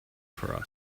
for